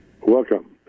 welcome